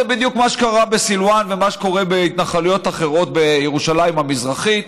זה בדיוק מה שקרה בסלוואן ומה שקורה בהתנחלויות אחרות בירושלים המזרחית: